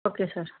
okay sir